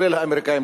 כולל האמריקנים,